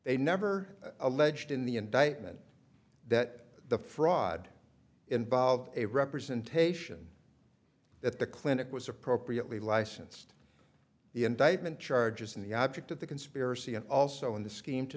they never alleged in the indictment that the fraud involved a representation that the clinic was appropriately licensed the indictment charges and the object of the conspiracy and also in the scheme to